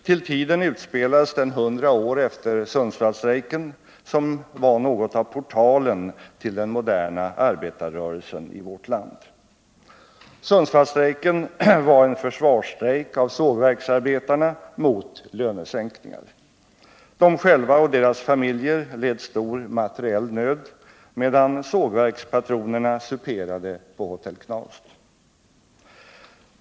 Till tiden utspelades den hundra år efter Sundsvallsstrejken, som var något av portalen till den moderna arbetarrörelsen i vårt land. Sundsvallsstrejken var en strejk av sågverksarbetarna som försvar mot lönesänkningar. Arbetarna själva och deras familjer led stor materiell nöd, medan sågverkspatronerna superade på hotell Knaust.